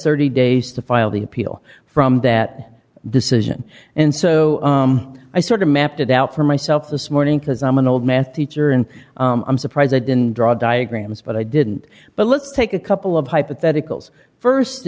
thirty days to file the appeal from that decision and so i sort of mapped it out for myself this morning because i'm an old math teacher and i'm surprised i didn't draw diagrams but i didn't but let's take a couple of hypotheticals